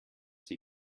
sie